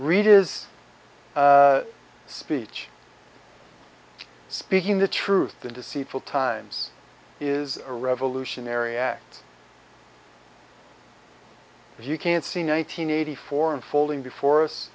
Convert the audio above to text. is speech speaking the truth the deceitful times is a revolutionary act if you can't see nineteen eighty four unfolding before us